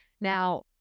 now